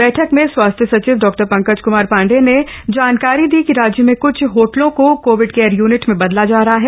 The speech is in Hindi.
बैठक में स्वास्थ्य सचिव डा पंकज क्मार पाण्डेय ने जानकारी दी कि राज्य में क्छ होटलों को कोविड केयर यूनिट में बदला जा रहा है